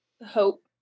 Hope